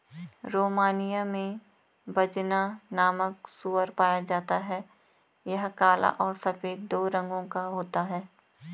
Romania में बजना नामक सूअर पाया जाता है यह काला और सफेद दो रंगो का होता है